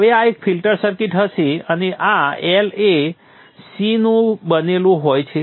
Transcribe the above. હવે આ એક ફિલ્ટર હોઈ શકે છે અને આ L અને C નું બનેલું હોય છે